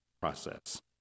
process